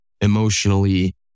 emotionally